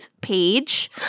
page